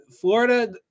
Florida –